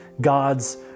God's